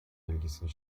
ilgisini